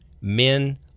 Men